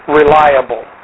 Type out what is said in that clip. reliable